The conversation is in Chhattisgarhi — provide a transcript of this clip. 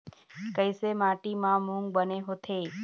कइसे माटी म मूंग बने होथे?